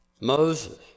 Moses